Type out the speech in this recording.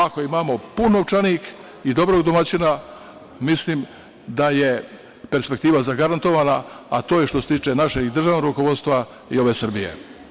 Ako imamo pun novčanik i dobrog domaćina, mislim da je perspektiva zagarantovana, a to je što se tiče našeg državnog rukovodstva i ove Srbije.